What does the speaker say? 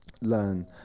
learn